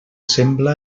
sembla